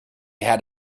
had